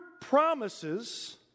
promises